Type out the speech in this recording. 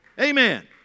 Amen